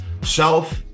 self